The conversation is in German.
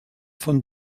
von